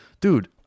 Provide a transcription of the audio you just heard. Dude